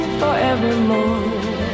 forevermore